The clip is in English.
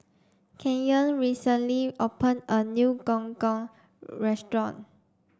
Kenyon recently open a new gong gong restaurant